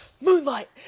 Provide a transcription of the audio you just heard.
Moonlight